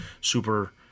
super